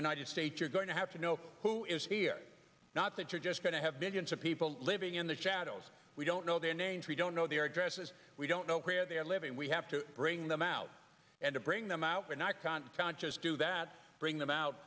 united states you're going to have to know who is here not that you're just going to have billions of people living in the shadows we don't know their names we don't know their addresses we don't know where they're living we have to bring them out and bring them out we're not confound just to that bring them out